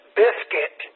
biscuit